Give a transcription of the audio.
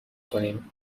کنیم